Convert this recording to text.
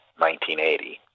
1980